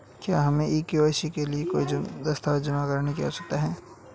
क्या हमें के.वाई.सी के लिए कोई दस्तावेज़ जमा करने की आवश्यकता है?